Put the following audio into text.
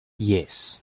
yes